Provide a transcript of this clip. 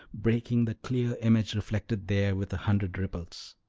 breaking the clear image reflected there with a hundred ripples.